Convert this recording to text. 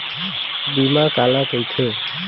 बीमा काला कइथे?